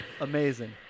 Amazing